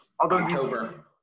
October